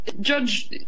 Judge